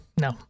no